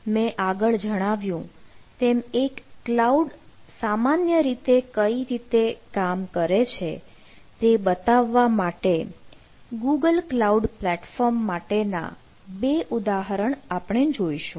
મેં આગળ જણાવ્યું તેમ એક ક્લાઉડ સામાન્ય રીતે કઈ રીતે કામ કરે છે તે બતાવવા માટે ગૂગલ ક્લાઉડ પ્લેટફોર્મ માટેના બે ઉદાહરણ આપણે જોઇશું